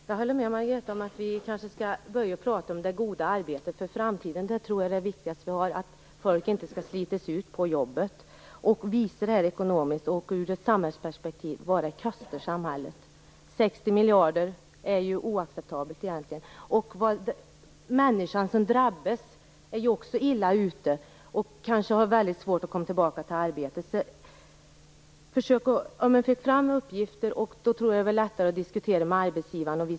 Herr talman! Jag håller med Margareta Winberg om att vi skall börja tala om det goda arbetet. Jag tror nämligen att det viktigaste inför framtiden är att inte låta människor slitas ut på sina jobb och att ur ett samhällsekonomiskt perspektiv visa vad det kostar samhället. Kostnaden 60 miljarder är ju egentligen oacceptabel. Den människa som drabbas är ju illa ute och kan ha väldigt svårt att komma tillbaka till arbetet. Om det går att få fram ekonomiska uppgifter tror jag att det blir lättare att diskutera med arbetsgivaren.